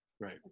Right